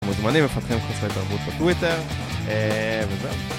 מוזמנים למפתחים חסרי תרבות בטוויטר, וזהו.